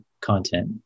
content